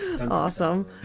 Awesome